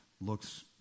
looks